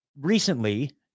recently